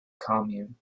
commune